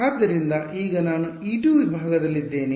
ಆದ್ದರಿಂದ ಈಗ ನಾನು e2 ವಿಭಾಗದಲ್ಲಿದ್ದೇನೆ